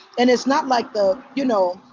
and it's not like the you know,